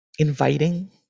inviting